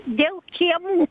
dėl kiemų